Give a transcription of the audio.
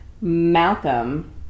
Malcolm